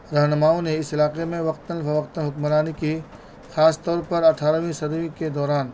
رہنماؤں نے اس علاقے میں وقتاً فوقتاً حکمرانی کی خاص طور پر اٹھارہویں صدی کے دوران